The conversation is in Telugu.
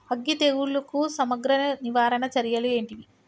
అగ్గి తెగులుకు సమగ్ర నివారణ చర్యలు ఏంటివి?